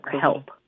help